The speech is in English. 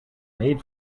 made